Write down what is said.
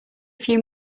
few